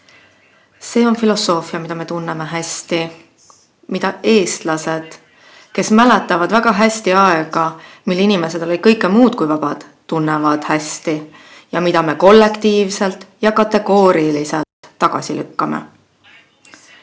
See on filosoofia, mida me tunneme hästi, mida eestlased, kes mäletavad väga hästi aega, mil inimesed olid kõike muud kui vabad, tunnevad hästi, ja mille me kollektiivselt ja kategooriliselt tagasi lükkame. Mina